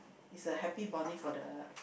it's a happy bonding for the